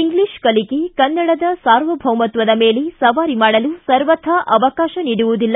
English ಕಲಿಕೆ ಕನ್ನಡದ ಸಾರ್ವಭೌಮತ್ತದ ಮೇಲೆ ಸವಾರಿ ಮಾಡಲು ಸರ್ವಥಾ ಅವಕಾಶ ನೀಡುವುದಿಲ್ಲ